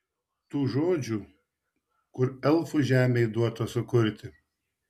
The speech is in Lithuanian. tų žodžių kur elfų žemei duota sukurti